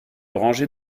rangées